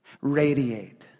radiate